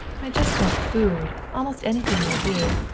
i just want food. almost anything will do.